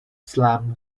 slam